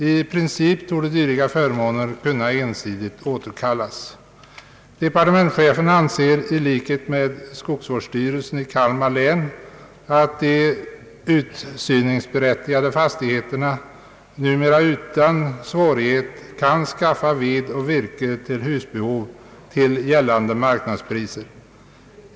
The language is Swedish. I princip torde dylika förmåner kunna ensidigt återkallas. Departementschefen anser i likhet med skogsvårdsstyrelsen i Kalmar län att de utsyningsberättigade fastigheterna numera utan svårighet kan skaffa ved och virke till husbehov till gällande marknadspriser.